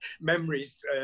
memories